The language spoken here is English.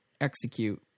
execute